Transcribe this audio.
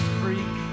freak